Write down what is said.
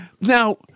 Now